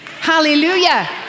Hallelujah